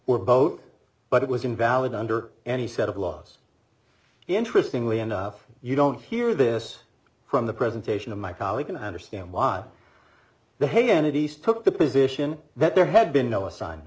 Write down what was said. were both but it was invalid under any set of laws the interesting way enough you don't hear this from the presentation of my colleague and i understand why the hannity's took the position that there had been no assign